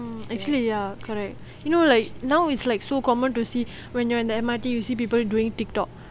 err actually ya correct you know like now it's like so common to see when you're in the M_R_T you see people doing TikTok